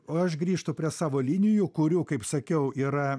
o aš grįžtu prie savo linijų kurių kaip sakiau yra